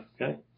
Okay